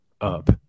up